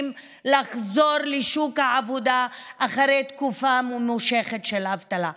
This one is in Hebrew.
קשה לחזור לשוק העבודה אחרי תקופה ממושכת של אבטלה?